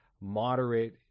moderate